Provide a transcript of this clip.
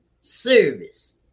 service